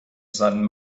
san